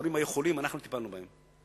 כשההורים היו חולים, אנחנו טיפלנו בהם.